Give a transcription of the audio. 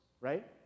right